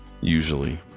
usually